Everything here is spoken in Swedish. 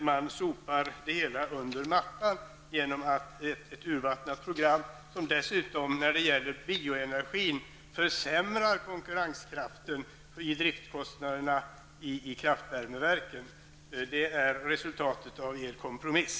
Man sopar det hela under mattan med ett urvattnat program som dessutom försämrar konkurrenskraften när det gäller bioenergin och höjer driftskostnaderna i kraftvärmeverken. Det är resultatet av er kompromiss.